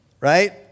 right